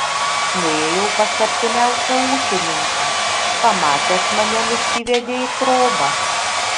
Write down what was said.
nuėjau pas artimiausią ūkininką pamatęs mane nusivedė į trobą